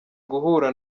guhura